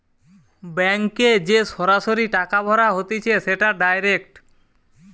ব্যাংকে যে সরাসরি টাকা ভরা হতিছে সেটা ডাইরেক্ট